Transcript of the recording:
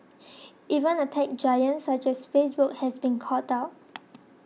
even a tech giant such as Facebook has been caught out